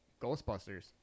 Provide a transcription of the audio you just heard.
ghostbusters